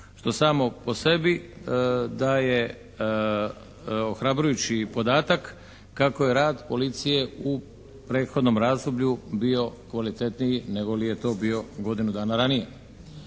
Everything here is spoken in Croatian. što samo po sebi daje ohrabrujući podatak kako je rad policije u prethodnom razdoblju bio kvalitetniji negoli je to bio godinu dana ranije.